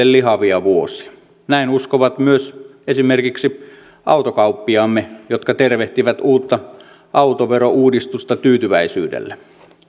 lihavia vuosia näin uskovat myös esimerkiksi autokauppiaamme jotka tervehtivät uutta autoverouudistusta tyytyväisyydellä